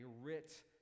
writ